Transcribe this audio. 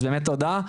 אז באמת תודה.